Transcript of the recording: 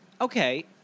okay